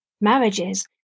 Marriages